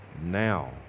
now